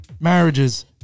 marriages